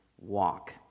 walk